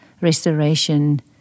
restoration